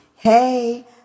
Hey